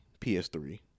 ps3